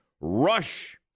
Rush